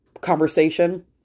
conversation